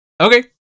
Okay